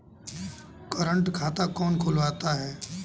Current खाता कौन खुलवाता है?